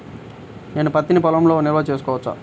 నేను పత్తి నీ పొలంలోనే నిల్వ చేసుకోవచ్చా?